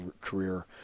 career